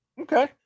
Okay